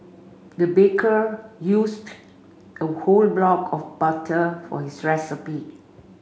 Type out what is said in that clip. the baker used a whole block of butter for his recipe